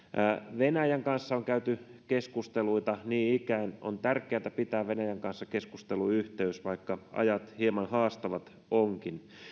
venäjän kanssa on käyty keskusteluita niin ikään on tärkeätä pitää venäjän kanssa keskusteluyhteys vaikka ajat hieman haastavat ovatkin